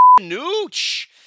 nooch